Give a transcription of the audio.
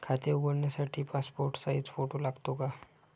खाते उघडण्यासाठी passport size photo लागतो का?